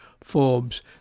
Forbes